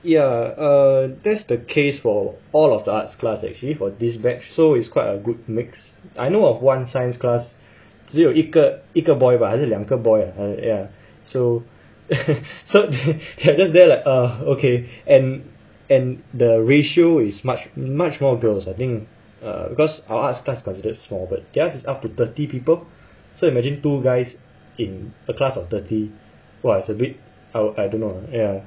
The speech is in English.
ya uh that's the case for all of the arts class actually for this batch so it's quite a good mix I know of one science class 只有一个一个 boy but 还是两个 boy ah so so they're just there like err okay and and the ratio is much much more girls I think err because our arts class considered small but theirs is up to thirty people so imagine two guys in a class of thirty !wah! it's a bit ah I don't know ya